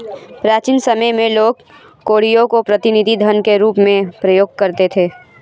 प्राचीन समय में लोग कौड़ियों को प्रतिनिधि धन के रूप में प्रयोग करते थे